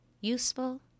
useful